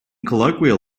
colloquial